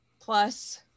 plus